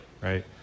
Right